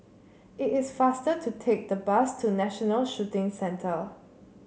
it is faster to take the bus to National Shooting Centre